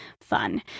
fun